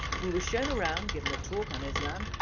we were shown around, given a talk on islam,